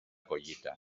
collita